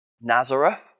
Nazareth